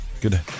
Good